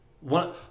One